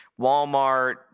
Walmart